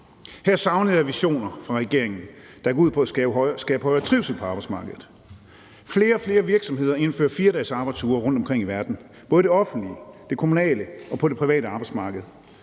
Her savner jeg visioner fra regeringen, der går ud på at skabe højere trivsel på arbejdsmarkedet. Flere og flere virksomheder indfører 4-dagesarbejdsuger rundtomkring i verden, både på det offentlige, det kommunale og det private arbejdsmarked.